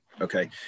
okay